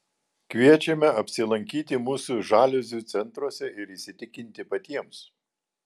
kviečiame apsilankyti mūsų žaliuzių centruose ir įsitikinti patiems